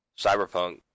Cyberpunk